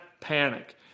panic